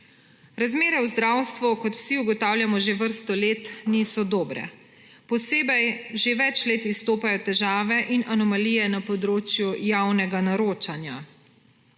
Razmere v zdravstvu, kot vsi ugotavljamo že vrsto let, niso dobre. Posebej že več let izstopajo težave in anomalije na področju javnega naročanja.